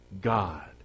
God